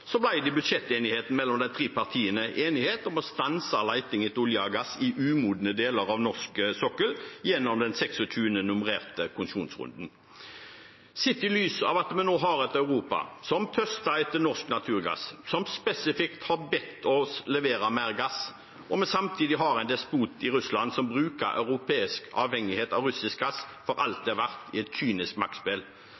Så ble det i budsjettenigheten mellom de tre partiene enighet om å stanse leting etter olje og gass i umodne deler av norsk sokkel gjennom den 26. nummererte konsesjonsrunden. Sett i lys av at vi har et Europa som nå tørster etter norsk naturgass, og som spesifikt har bedt oss levere mer gass, og vi samtidig har en despot i Russland som bruker europeisk avhengighet av russisk gass for alt